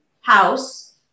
house